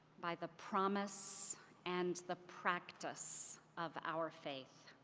by the promise and the practice of our faith.